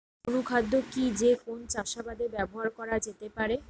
অনুখাদ্য কি যে কোন চাষাবাদে ব্যবহার করা যেতে পারে?